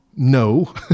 No